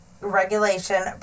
regulation